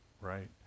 right